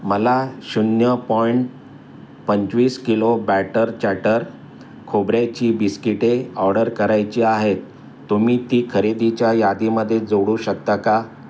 मला शून्य पॉइंट पंचवीस किलो बॅटर चॅटर खोबऱ्याची बिस्किटे ऑर्डर करायची आहेत तुम्ही ती खरेदीच्या यादीमध्ये जोडू शकता का